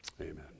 amen